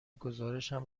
گزارشم